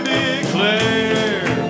declare